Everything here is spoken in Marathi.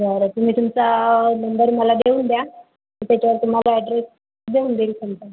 बरं तुम्ही तुमचा नंबर मला देऊन द्या मी त्याच्यावर तुम्हाला ऍड्रेस देऊन देईल समजा